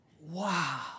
Wow